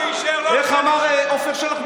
לא בוגי אישר, לא, איך אמר עפר שלח?